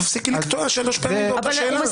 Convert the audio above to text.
תפסיקי לקטוע שלוש פעמים באותה שאלה.